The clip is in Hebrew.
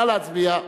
נא להצביע.